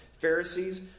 Pharisees